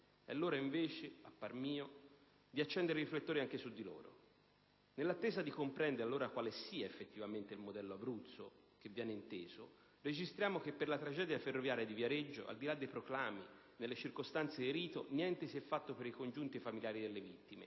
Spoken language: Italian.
È l'ora invece, a parer mio, di accendere i riflettori anche su di loro. Nell'attesa di comprendere quale sia effettivamente il modello Abruzzo che viene inteso, registriamo che per la tragedia ferroviaria di Viareggio, al di là dei proclami e delle circostanze di rito, niente si è fatto per i congiunti e i familiari delle vittime,